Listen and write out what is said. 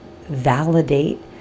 validate